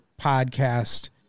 podcast